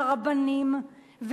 לרבנים,